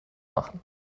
machen